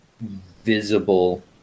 visible